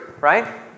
right